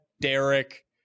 Derek